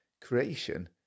Creation